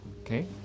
Okay